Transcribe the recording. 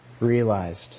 realized